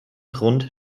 grunde